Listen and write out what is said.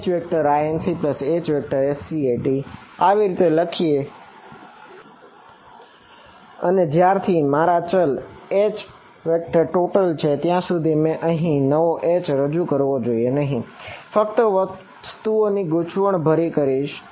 HincHscat આવી રીતે લખીએ અને જ્યારથી મારા ચલ Htotal છે ત્યાંસુધી મારે અહીં નવો H રજુ કરવો જોઈએ નહિ હું ફક્ત વસ્તુઓને ગુંચવણ ભરી કરીશ